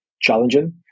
challenging